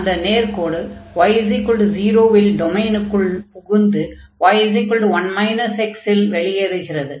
அந்த நேர்க்கோடு y0 இல் டொமைனுக்குள் புகுந்து y1 x இல் வெளியேறுகிறது